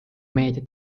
meedia